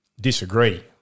Disagree